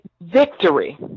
victory